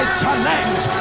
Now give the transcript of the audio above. challenge